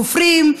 חופרים,